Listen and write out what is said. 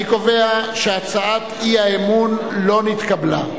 אני קובע, שהצעת אי-האמון לא נתקבלה.